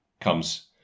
comes